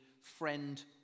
friend